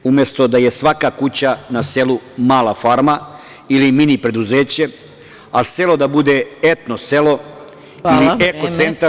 Umesto da je svaka kuća na selu mala farma ili mini preduzeće, a selo da bude „Etno selo“ ili eko centar